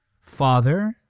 Father